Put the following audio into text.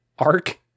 arc